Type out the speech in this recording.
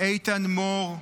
איתן מור,